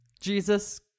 jesus